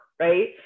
Right